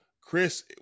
Chris